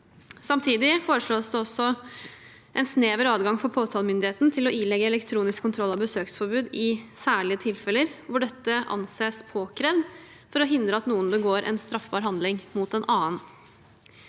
Samtidig foreslås det også en snever adgang for påtalemyndigheten til å ilegge elektronisk kontroll av besøksforbud i særlige tilfeller hvor dette anses påkrevd for å hindre at noen begår en straffbar handling mot en annen.